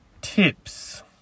tips